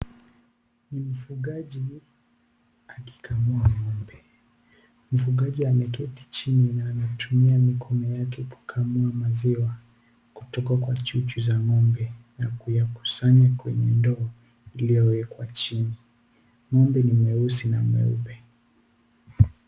Mfugaji, akikamua ngombe, mfugaji ameketi Chini na ametumia mikono yake kukamua maziwa, kutoka kwa chuchu za ngombe, na kuyakusanya kwenye ndoo, iliyowekwa chini, ngombe ni mweusi na mweupe.